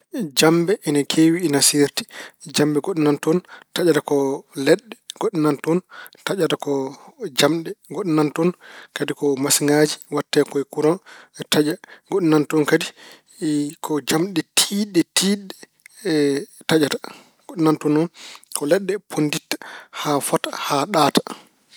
Jammbe ina keewi ina seerti. Jammbe goɗɗe nana toon taƴata ko leɗɗe. Goɗɗe nana toon, taƴata ko njamɗe. Goɗɗe nana toon kadi ko masiŋaaji. Mbaɗatee ko e kuraŋ taƴa. Goɗɗe nana toon kadi ko jamɗe tiiɗɗe taƴata. Goɗɗe nana toon noon ko leɗɗe ponnditta haa fota, haa ɗaata.